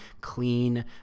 clean